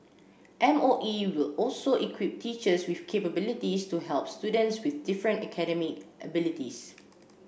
M O E will also equip teachers with capabilities to help students with different academic abilities